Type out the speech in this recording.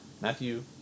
Matthew